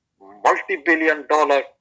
multi-billion-dollar